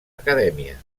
acadèmia